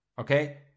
Okay